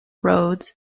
roads